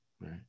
right